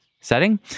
setting